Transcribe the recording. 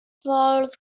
ffordd